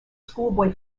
schoolboy